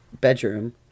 bedroom